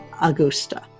Augusta